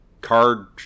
card